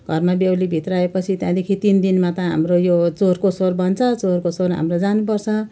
घरमा बेहुली भित्र्याएपछि त्यहाँदेखि तिन दिनमा त हाम्रो यो चोरको सोर भन्छ चोरको सोर हाम्रो जानुपर्छ